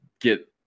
get